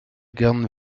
gerne